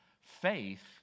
Faith